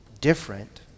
different